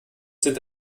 sind